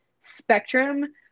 spectrum